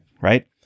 right